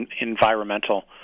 environmental